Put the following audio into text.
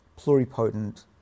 pluripotent